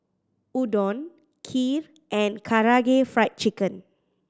Udon Kheer and Karaage Fried Chicken